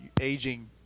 aging